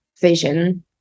vision